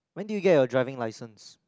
when did you get your driving licences